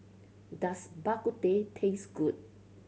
does Bak Kut Teh taste good